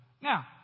now